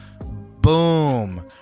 Boom